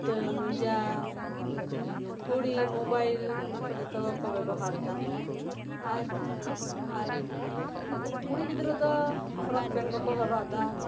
ᱡᱩᱛᱟᱹ ᱢᱚᱡᱟ ᱜᱷᱩᱲᱤ ᱢᱳᱵᱟᱭᱤᱞ ᱚᱱᱟ ᱠᱚ ᱡᱚᱛᱚᱜᱮ ᱠᱚ ᱵᱮᱵᱚᱦᱟᱨ ᱫᱟ ᱟᱨ ᱟᱨ ᱠᱩ ᱠᱩᱲᱤ ᱜᱤᱫᱽᱨᱟᱹ ᱫᱚ ᱯᱷᱚᱨᱚᱠ ᱯᱮᱱ ᱠᱚᱠᱚ ᱦᱚᱨᱚᱜ ᱮᱫᱟ